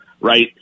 right